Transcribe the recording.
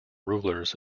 rulers